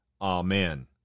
Amen